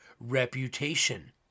reputation